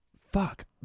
fuck